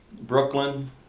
Brooklyn